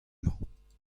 mañ